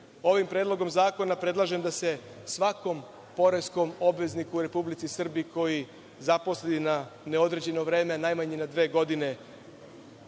predlogom zakona predlažem da se svakom poreskom obvezniku u Republici Srbiji koji zaposli na neodređeno vreme, najmanje na dve godine,